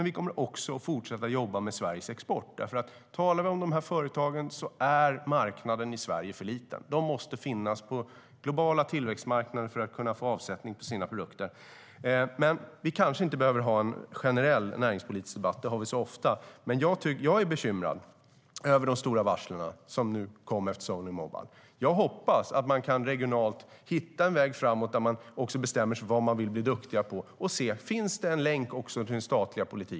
Vi kommer också att fortsätta att jobba med Sveriges export, för Sveriges marknad är för liten för dessa företag. De måste finnas på globala tillväxtmarknader för att få avsättning för sina produkter. Vi behöver kanske inte ha en generell näringspolitisk debatt - det har vi så ofta. Jag är dock bekymrad över de stora varsel som kommit efter Sony Mobile. Jag hoppas att man regionalt kan hitta en väg framåt där man bestämmer sig för vad man vill bli duktig på och ser om det finns någon länk till den statliga politiken.